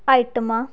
ਆਈਟਮਾਂ